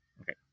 Okay